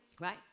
Right